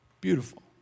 Beautiful